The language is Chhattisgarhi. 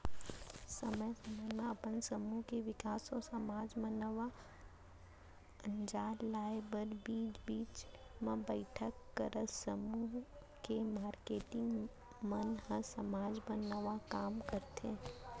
समे समे म अपन समूह के बिकास अउ समाज म नवा अंजार लाए बर बीच बीच म बइठक करत समूह के मारकेटिंग मन ह समाज बर नवा काम करथे